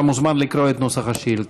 אתה מוזמן לקרוא את נוסח השאילתה.